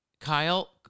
Kyle